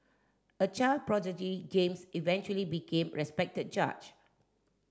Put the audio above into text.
a child prodigy James eventually became a respected judge